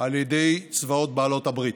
על ידי צבאות בעלות הברית.